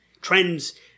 Trends